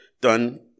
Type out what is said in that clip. done